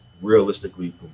realistically